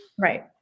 Right